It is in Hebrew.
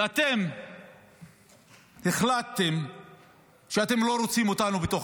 ואתם החלטתם שאתם לא רוצים אותנו בתוך